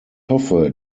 hoffe